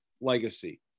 legacy